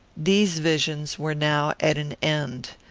these visions were now at an end.